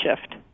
shift